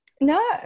No